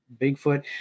Bigfoot